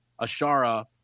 Ashara